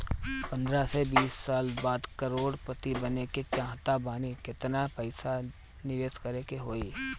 पंद्रह से बीस साल बाद करोड़ पति बने के चाहता बानी केतना पइसा निवेस करे के होई?